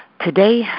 Today